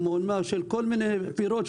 כמו עונה של כל מיני פירות,